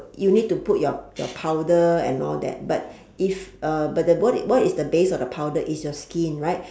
you need to put your your powder and all that but if uh but the what is what is the base of the powder is your skin right